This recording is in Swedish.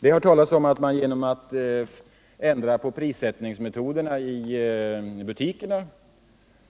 Det har talats om att man genom att ändra på prissättningsmetoderna i butikerna